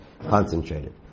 concentrated